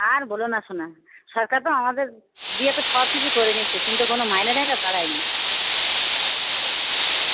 আর বোলো না সোনা সরকার তো আমাদের দিয়ে তো সব কিছু করে নিচ্ছে কিন্তু কোনো মাইনে টাকা বাড়ায় নি